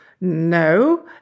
no